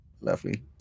Lovely